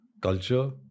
Culture